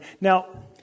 Now